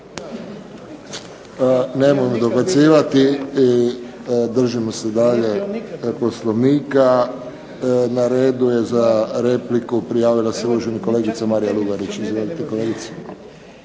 Nemojmo dobacivati i držimo se dalje Poslovnika. Na redu je za repliku, prijavila se uvažena kolegica Marija Lugarić. Izvolite, kolegice.